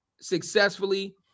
successfully –